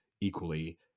equally